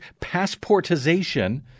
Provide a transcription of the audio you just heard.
passportization